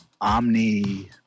Omni